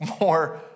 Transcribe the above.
more